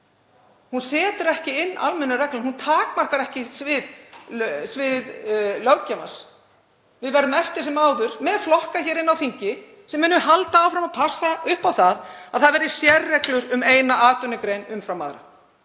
Það setur ekki almenna reglu. Það takmarkar ekki svið löggjafans. Við verðum eftir sem áður með flokka hér inni á þingi sem munu halda áfram að passa upp á að sérreglur verði um eina atvinnugrein umfram aðra.